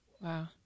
wow